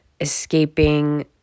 escaping